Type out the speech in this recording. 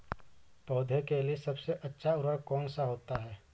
पौधे के लिए सबसे अच्छा उर्वरक कौन सा होता है?